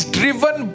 driven